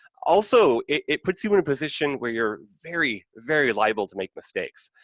also, it puts you in a position where you're very, very liable to make mistakes.